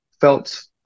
felt